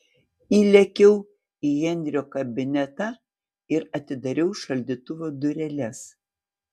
įlėkiau į henrio kabinetą ir atidariau šaldytuvo dureles